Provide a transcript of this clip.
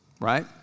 Right